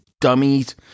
dummies